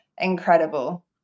incredible